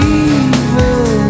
evil